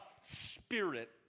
Spirit